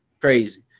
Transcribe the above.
crazy